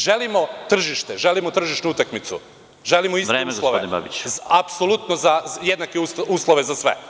Želimo tržište, želimo tržišnu utakmicu, želimo iste uslove, jednake uslove za sve.